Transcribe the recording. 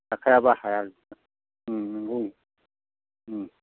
थाखायाब्ला हाया नंगौ